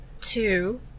two